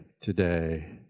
today